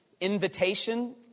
invitation